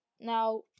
now